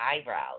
eyebrows